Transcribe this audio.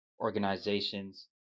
organizations